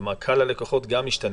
זאת אומרת, קהל הלקוחות גם השתנה.